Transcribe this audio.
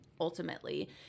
ultimately